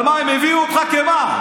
אבל מה, הם הביאו אותך כמה?